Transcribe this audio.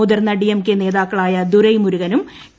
മുതിർന്ന ഡിഎംകെ നേതാക്കളായ ദുരെമുരുഗനും ടി